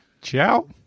ciao